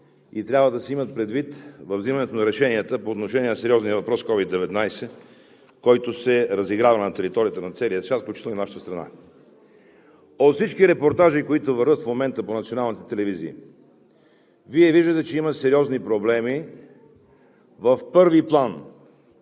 и трябва да се има предвид във взимането на решенията по отношение на сериозния въпрос с COVID 19, който се разиграва на територията на целия свят, включително и в нашата страна. От всички репортажи, които вървят в момента по националните телевизии, Вие виждате, че има сериозни проблеми в първи план